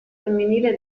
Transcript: femminile